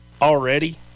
already